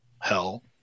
hell